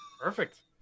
perfect